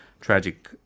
tragic